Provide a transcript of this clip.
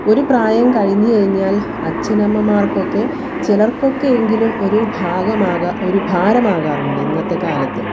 ഒരു പ്രായം കഴിഞ്ഞ് കഴിഞ്ഞാൽ അച്ഛനമ്മമാർക്കൊക്കെ ചിലർക്കൊക്കെ എങ്കിലും ഒരു ഭാഗമാകൻ ഒരു ഭാരമാകാറുണ്ട് ഇന്നത്തെ കാലത്ത്